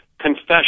confession